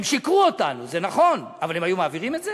הם שיקרו לנו, זה נכון, אבל הם היו מעבירים את זה,